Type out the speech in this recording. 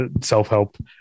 self-help